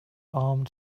armed